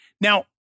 Now